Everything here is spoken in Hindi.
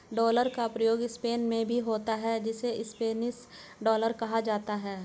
डॉलर का प्रयोग स्पेन में भी होता है जिसे स्पेनिश डॉलर कहा जाता है